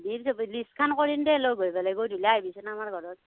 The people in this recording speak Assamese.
লিষ্টখন কৰিম দে লৈ গৈ পেলাই গধূলি আহিবিচোন আমাৰ ঘৰত